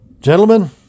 Gentlemen